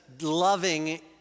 loving